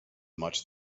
much